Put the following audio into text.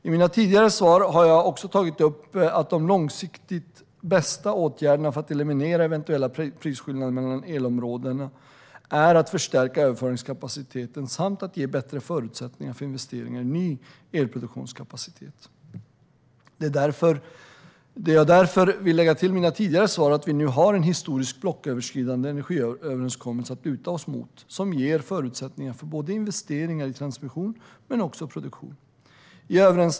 I mina tidigare svar har jag också tagit upp att de långsiktigt bästa åtgärderna för att eliminera eventuella prisskillnader mellan elområden är att förstärka överföringskapaciteten samt att ge bättre förutsättningar för investeringar i ny elproduktionskapacitet. Det jag därför vill lägga till mina tidigare svar är att vi nu har en historisk blocköverskridande energiöverenskommelse att luta oss emot som ger förutsättningar för både investeringar i transmission och produktion.